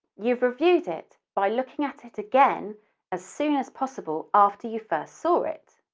you've reviewed it by looking at it again as soon as possible after you first saw it.